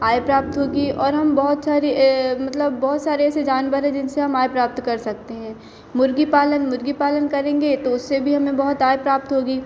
आय प्राप्त होगी और हम बहुत सारे मतलब बहुत सारे ऐसे जानवर हैं जिनसे हम आय प्राप्त कर सकते हैं मुर्गी पालन मुर्गी पालन करेंगे तो उससे भी हमें बहुत आय प्राप्त होगी